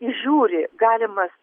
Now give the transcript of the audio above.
įžiūri galimas